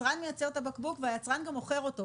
היצרן מייצר את הבקבוק וגם מוכר אותו.